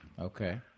Okay